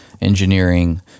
engineering